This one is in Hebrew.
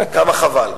כמה חבל.